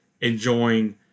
enjoying